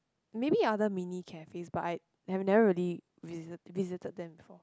maybe other mini cafes but I I never ready visit visited them before